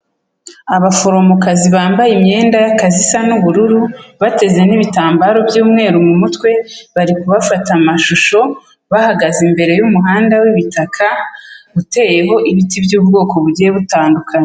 Abaforomokazi bambaye imyenda y'akazi isa n'ubururu, bateze n'ibitambaro by'umweru mu mutwe, bari kubafata amashusho bahagaze imbere y'umuhanda w'ibitaka uteyeho ibiti by'ubwoko bugiye butandukanye.